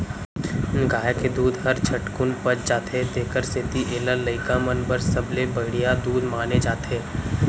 गाय के दूद हर झटकुन पच जाथे तेकर सेती एला लइका मन बर सबले बड़िहा दूद माने जाथे